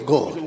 God